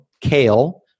kale